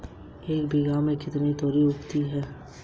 Personal loan की चुकौती अवधि क्या है?